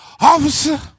officer